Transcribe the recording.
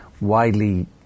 widely